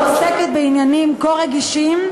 העוסקת בעניינים כה רגישים,